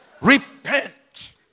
Repent